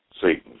Satan